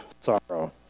sorrow